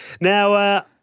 Now